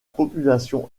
population